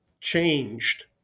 changed